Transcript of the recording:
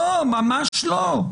לא, ממש לא.